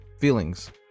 feelings